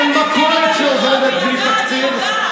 אין מקום שקיימת מדינה בלי תקציב,